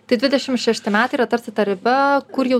tai dvidešim šešti metai yra tarsi ta riba kur jau